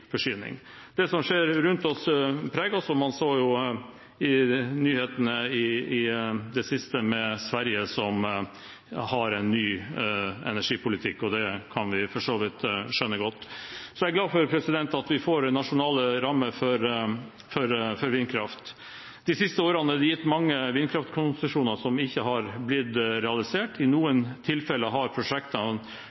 Det som skjer rundt oss, preger oss. På nyhetene i det siste har vi sett at Sverige har en ny energipolitikk, og det kan vi for så vidt godt skjønne. Jeg er glad for at vi får nasjonale rammer for vindkraft. De siste årene er det gitt mange vindkraftkonsesjoner som ikke er blitt realisert. I